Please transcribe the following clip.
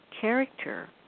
character